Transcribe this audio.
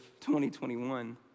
2021